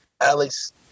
Alex